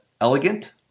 elegant